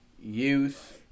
youth